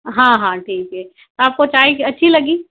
हाँ हाँ ठीक है आपको चाय अच्छी लगी